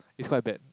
it's quite bad